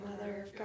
Mother